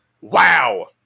Wow